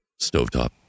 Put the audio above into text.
stovetop